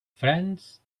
friends